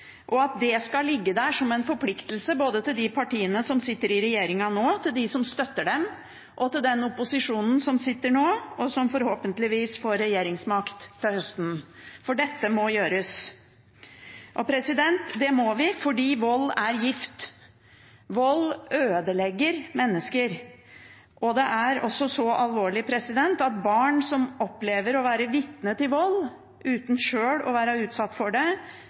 til, og det skal ligge der som en forpliktelse både for de partiene som sitter i regjeringen nå, for dem som støtter dem, og for den opposisjonen som nå sitter, og som forhåpentligvis får regjeringsmakt til høsten. For dette må gjøres, det må det, for vold er gift, vold ødelegger mennesker, og det er også så alvorlig at barn som opplever å være vitne til vold uten sjøl å være utsatt for det,